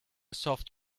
soft